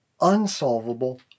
unsolvable